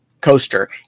coaster